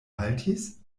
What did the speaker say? haltis